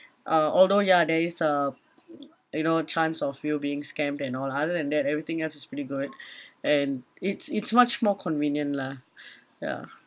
uh although ya there is uh you know chance of you being scammed and all other than that everything else is pretty good and it's it's much more convenient lah ya